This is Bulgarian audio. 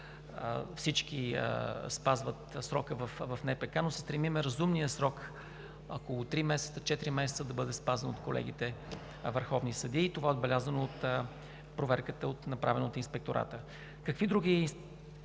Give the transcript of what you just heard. всички спазват срока в НПК, но се стремим разумният срок – около три-четири месеца, да бъде спазван от колегите върховни съдии. Това е отбелязано от проверката, направена от Инспектората. Какви други